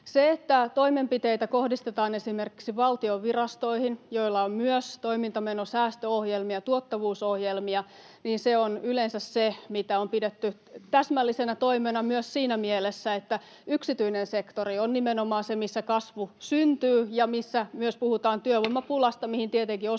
Se, että toimenpiteitä kohdistetaan esimerkiksi valtion virastoihin, joilla on myös toimintamenosäästöohjelmia, tuottavuusohjelmia, on yleensä se, mitä on pidetty täsmällisenä toimena myös siinä mielessä, että yksityinen sektori on nimenomaan se, missä kasvu syntyy ja missä myös puhutaan työvoimapulasta,